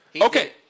Okay